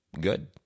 good